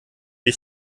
die